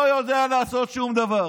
לא יודע לעשות שום דבר.